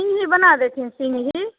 सिन्घी बना देथिन सिन्घी